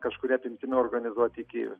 kažkuria apimtim organizuoti iki